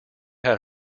had